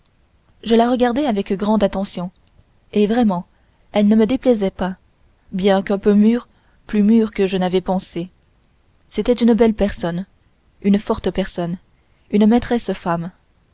je la regardais avec grande attention et vraiment elle ne me déplaisait pas bien qu'un peu mûre plus mûre que je n'avais pensé c'était une belle personne une forte personne une maîtresse femme